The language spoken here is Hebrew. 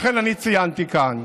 אכן, אני ציינתי כאן